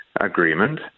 agreement